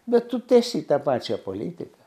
bet tu tęsi tą pačią politiką